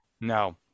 No